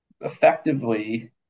effectively